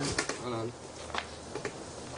(הקרנת סרטון).